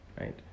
Right